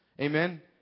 Amen